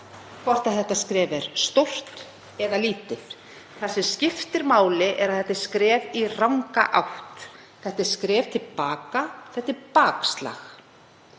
hvort skrefið er stórt eða lítið. Það sem skiptir máli er að þetta er skref í ranga átt. Þetta er skref til baka, þetta er bakslag.